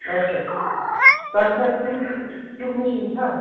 اَچھا تَتھ چھا چُھک چُھک مِشیٖن چھا